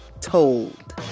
Told